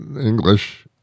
English